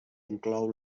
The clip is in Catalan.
inclou